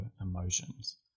emotions